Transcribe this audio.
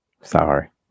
Sorry